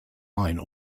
line